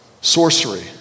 Sorcery